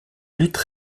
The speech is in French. luttes